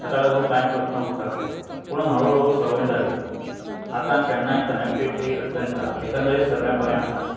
ताका लागून कांय प्रस्न उप्रासले जाय पूण हळू हळू संवय जाली आतां केन्नाय कनेक्टिविटीची अडचण येता एकंदरीत सगळे बरें आसा